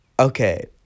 Okay